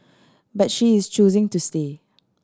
but she is choosing to stay